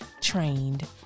trained